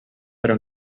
però